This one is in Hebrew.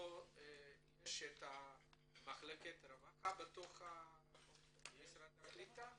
יש מחלקת רווחה במשרד הקליטה?